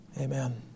Amen